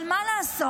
אבל מה לעשות,